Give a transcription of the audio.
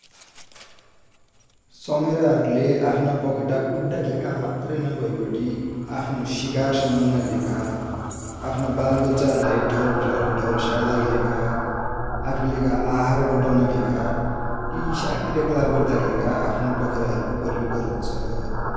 चमेरा हरुले आफ्ना पखेटा उड्डाकि लेखा मात्र नभैबटी आफ्नो सिकार समात्तिकि लेखा, आफ्ना बालबच्चा एक ठाउ बठे अर्का ठाउ सार्दा कि लेखा, आफुकि लेखा आहार बटौनाकि लेखा, यि इशा क्रियकलाप गर्दा कि लेखा आफ्ना पखेटाहरु को प्रयोग गरन्छ ।